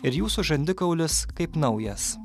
ir jūsų žandikaulis kaip naujas